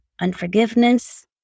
unforgiveness